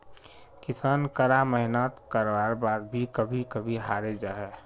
किसान करा मेहनात कारवार बाद भी कभी कभी हारे जाहा